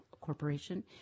corporation